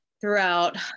throughout